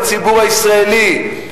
הציבור הישראלי,